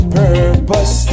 purpose